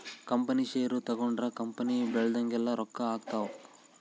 company share ತಗೊಂಡ್ರ company ಬೆಳ್ದಂಗೆಲ್ಲ ರೊಕ್ಕ ಆಗ್ತವ್